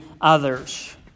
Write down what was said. others